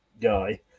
guy